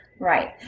right